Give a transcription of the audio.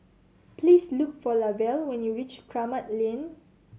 please look for Lavelle when you reach Kramat Lane